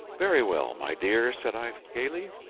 very well, my dear, said i gaily,